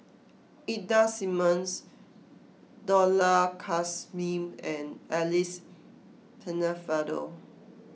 Ida Simmons Dollah Kassim and Alice Pennefather